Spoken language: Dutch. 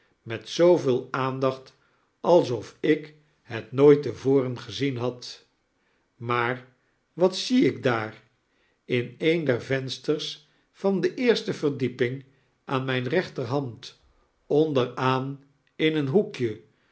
met zooveel aandacht alsof ik het nooit te voren gezienhad maar wat zie ik daar in een der vensters van de eerste verdieping aan mijne rechterhand onderaan in een hoekje